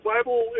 Bible